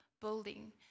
building